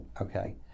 Okay